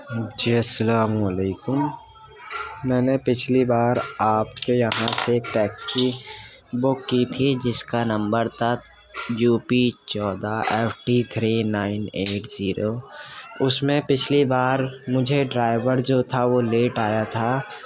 جی السلام علیکم میں نے پچھلی بار آپ کے یہاں سے ٹیکسی بک کی تھی جس کا نمبر تھا یو پی چودہ ایف پی تھری نائن ایک جیرو اس میں پچھلی بار مجھے ڈرائیور جو تھا وہ لیٹ آیا تھا